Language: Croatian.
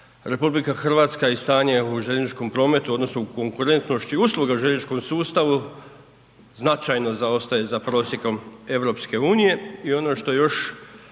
navodi da RH i stanje u željezničkom prometu odnosno u konkurentnosti usluga u željezničkom sustavu značajno zaostaje za prosjekom EU-e. I ono što je